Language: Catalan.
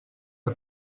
que